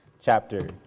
chapter